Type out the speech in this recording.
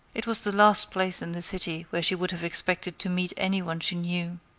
it was the last place in the city where she would have expected to meet any one she knew.